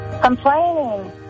Complaining